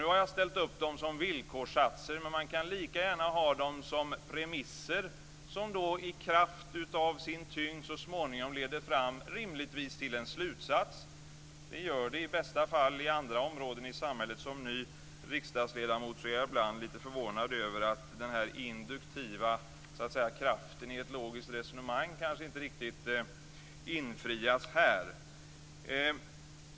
Nu har jag ställt upp dem som villkorssatser. Men man kan lika gärna ha dem som premisser som i kraft av sin tyngd så småningom rimligtvis leder fram till en slutsats. Så är det i bästa fall på andra områden i samhället. Som ny riksdagsledamot är jag ibland lite förvånad över att den här induktiva kraften i ett logiskt resonemang kanske inte riktigt infrias här.